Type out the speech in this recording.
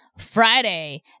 Friday